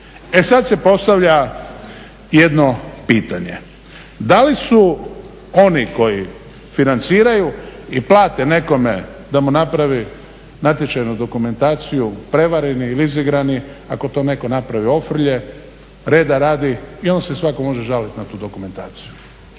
E sad se postavlja jedno pitanje. Da li su oni koji financiraju i plate nekome da mu napravi natječajnu dokumentaciju prevareni ili izigrani ako to netko napravi ofrlje, reda radi i onda se svatko može žalit na tu dokumentaciju.